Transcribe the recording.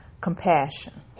compassion